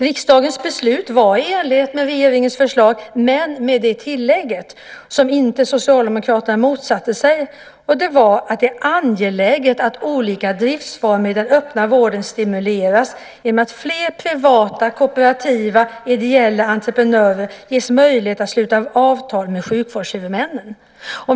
Riksdagens beslut var i enlighet med regeringens förslag, men med det tillägget, vilket Socialdemokraterna inte motsatte sig, att det är angeläget att olika driftsformer i den öppna vården stimuleras genom att fler privata, kooperativa och ideella entreprenörer ges möjlighet att sluta avtal med sjukvårdshuvudmännen.